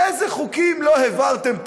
איזה חוקים לא העברתם פה?